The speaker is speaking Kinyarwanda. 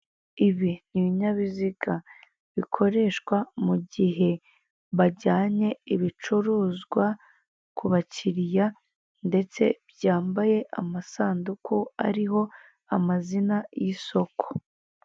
Ibi ni ibinyabiziga bikoreshwa mu gihe bajyanye ibicuruzwa ku bakirirya, ndetse byambaye amasanduku ariho amazina y'isoko.